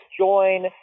join